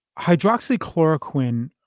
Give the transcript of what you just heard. hydroxychloroquine